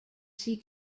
see